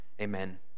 Amen